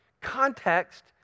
context